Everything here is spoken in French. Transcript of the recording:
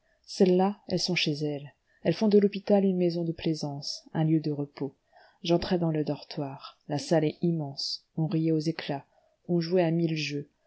celles-là elles sont chez elles elles font de l'hôpital une maison de plaisance un lieu de repos j'entrai dans le dortoir la salle est immense on riait aux éclats on jouait à mille jeux